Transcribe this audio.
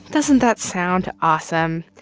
doesn't that sound awesome?